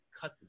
cut